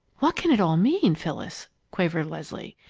what can it all mean, phyllis? quavered leslie.